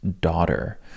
daughter